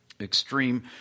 extreme